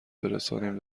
برسانیم